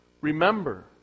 Remember